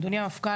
אדוני המפכ"ל,